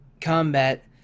combat